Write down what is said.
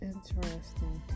Interesting